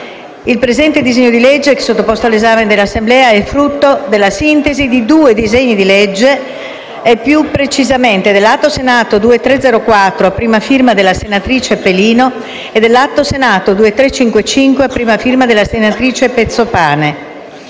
Il presente disegno di legge sottoposto all'esame della Assemblea è il frutto della sintesi di due disegni di legge e più precisamente dell'Atto Senato 2304, a prima firma della senatrice Pelino, e dell'Atto Senato 2355, a prima firma della senatrice Pezzopane.